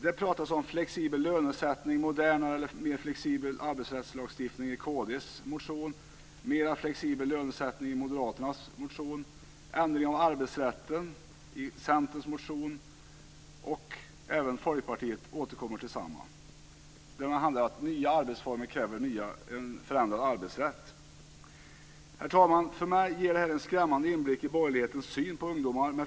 Det talas om flexibel lönesättning, modernare och mer flexibel arbetsrättslagstiftning i kristdemokraternas motion, mera flexibel lönesättning i moderaternas motion, ändring av arbetsrätten i Centerns motion och även Folkpartiet återkommer till detsamma. Nya arbetsformer kräver en förändrad arbetsrätt. Herr talman! För mig ger det en skrämmande inblick i borgerlighetens syn på ungdomar.